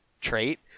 trait